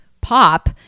pop